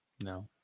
No